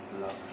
love